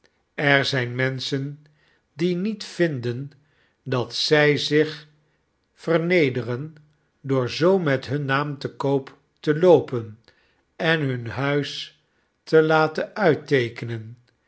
er zyn menschen die niet vinden dat zy zich vernederen door zoo met hun naam te koop te loopen en hun huis te laten uitteekenen